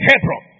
Hebron